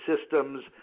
systems